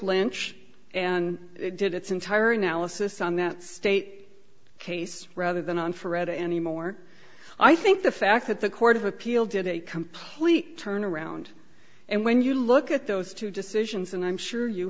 lynch and did its entire analysis on that state case rather than on forever anymore i think the fact that the court of appeal did a complete turnaround and when you look at those two decisions and i'm sure you